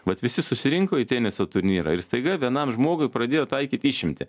vat visi susirinko į teniso turnyrą ir staiga vienam žmogui pradėjo taikyt išimtį